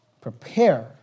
Prepare